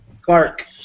Clark